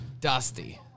Dusty